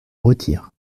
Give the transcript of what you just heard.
retire